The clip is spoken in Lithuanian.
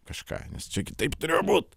kažką nes kitaip turėjo būt